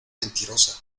mentirosa